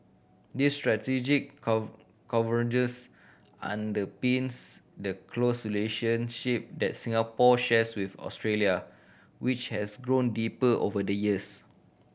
this strategic convergence underpins the close relationship that Singapore shares with Australia which has grown deeper over the years